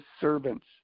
servants